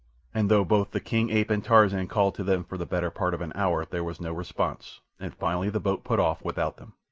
and though both the king ape and tarzan called to them for the better part of an hour, there was no response, and finally the boat put off without them.